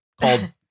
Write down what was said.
called